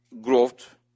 growth